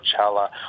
Coachella